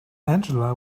angela